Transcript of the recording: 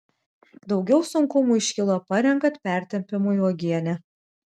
daugiau sunkumų iškilo parenkant pertepimui uogienę